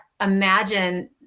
imagine